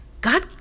God